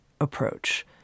approach